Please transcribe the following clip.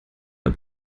mal